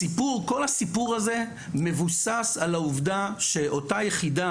כל הסיפור הזה מבוסס על העובדה שאותה יחידה